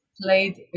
played